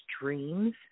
dreams